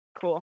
cool